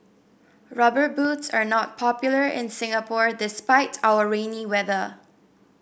Rubber Boots are not popular in Singapore despite our rainy weather